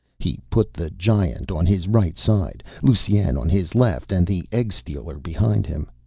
he put the giant on his right side, lusine on his left, and the egg-stealer behind him.